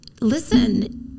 listen